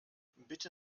bitte